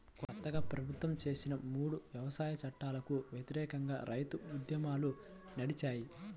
కొత్తగా ప్రభుత్వం చేసిన మూడు వ్యవసాయ చట్టాలకు వ్యతిరేకంగా రైతు ఉద్యమాలు నడిచాయి